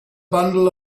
bundle